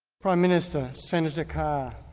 prime minister, senator carr,